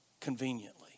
conveniently